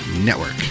Network